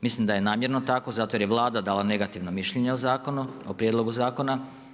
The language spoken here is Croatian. Mislim da je namjerno tako zato jer je Vlada dala negativno mišljenje o zakonu, o prijedlogu zakona.